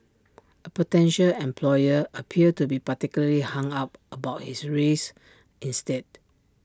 A potential employer appeared to be particularly hung up about his race instead